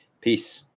Peace